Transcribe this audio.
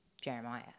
Jeremiah